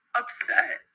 upset